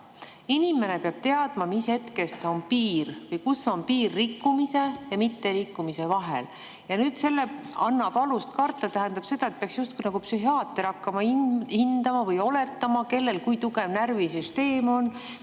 Inimene peab teadma, mis hetkest on piir või kus on piir rikkumise ja mitterikkumise vahel. "Annab alust karta" tähendab seda, et peaks justkui nagu psühhiaater hakkama hindama või oletama, kellel kui tugev närvisüsteem on